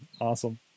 awesome